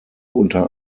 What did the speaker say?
unter